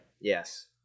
yes